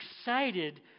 excited